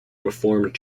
reformed